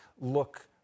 look